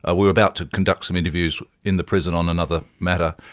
ah we were about to conduct some interviews in the prison on another matter,